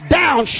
down